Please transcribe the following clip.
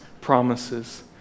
promises